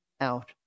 out